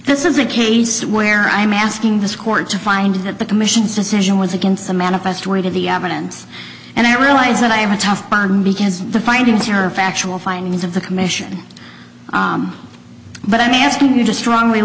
this is a case where i'm asking this court to find that the commission's decision was against the manifest weight of the evidence and i realize that i have a tough because the findings are factual findings of the commission but i'm asking you to strongly